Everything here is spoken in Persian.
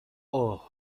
اوه